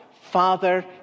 Father